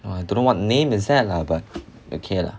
!wah! I don't know what name is that lah but okay lah